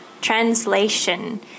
translation